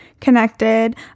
connected